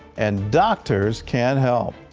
and doctors can't help.